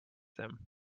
him